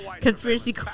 Conspiracy